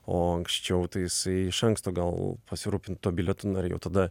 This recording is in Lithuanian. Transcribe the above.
o anksčiau tai jisai iš anksto gal pasirūpintų tuo bilietu na ir jau tada